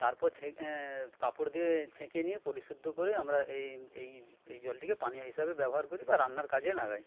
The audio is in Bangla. তারপর কাপড় দিয়ে ছেঁকে নিয়ে পরিশুদ্ধ করে আমরা এই এই এই জলটিকে পানীয় হিসেবে ব্যবহার করি বা রান্নার কাজে লাগাই